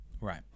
Right